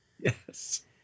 Yes